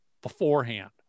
beforehand